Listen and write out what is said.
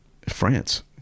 France